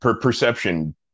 perception